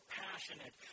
passionate